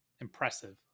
impressive